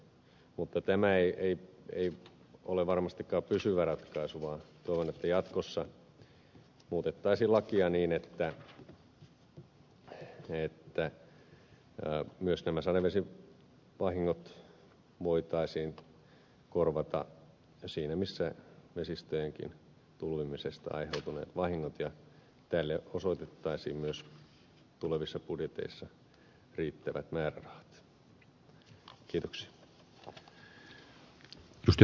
mutta tämä ei ole varmastikaan pysyvä ratkaisu vaan toivon että jatkossa muutettaisiin lakia niin että myös nämä sadevesivahingot voitaisiin korvata siinä missä vesistöjenkin tulvimisesta aiheutuneet vahingot ja tälle osoitettaisiin myös tulevissa budjeteissa riittävät määrärahat